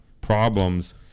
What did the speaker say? problems